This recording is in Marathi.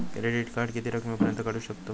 क्रेडिट कार्ड किती रकमेपर्यंत काढू शकतव?